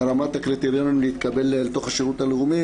זה רמת הקריטריונים להתקבל לתוך השירות הלאומי,